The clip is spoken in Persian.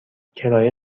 کرایه